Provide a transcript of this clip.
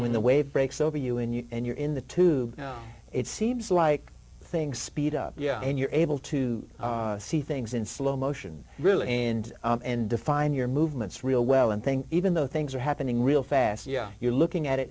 when the wave breaks over you and you and you're in the tube it seems like things speed up yeah and you're able to see things in slow motion really and define your movements real well and think even though things are happening real fast yeah you're looking at it